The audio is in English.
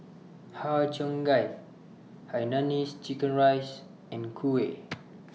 Har Cheong Gai Hainanese Chicken Rice and Kuih